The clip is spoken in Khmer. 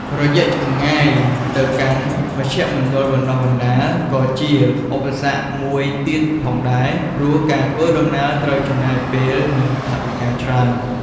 រយះចម្ងាយទៅកាន់មជ្ឈមណ្ឌលបណ្តុះបណ្តាល ក៏ជាឧបសគ្គមួយទៀតផងដែរ ព្រោះការធ្វើដំណើរត្រូវចំណាយពេល និងថវិកាច្រើន ។